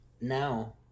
Now